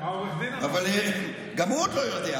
העורך דין, גם הוא עוד לא יודע.